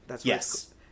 Yes